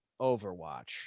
Overwatch